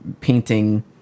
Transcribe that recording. painting